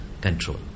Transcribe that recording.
control